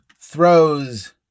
throws